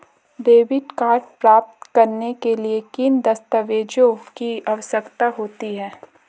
Debit card प्राप्त करने के लिए किन दस्तावेज़ों की आवश्यकता होती है?